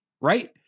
right